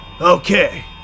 Okay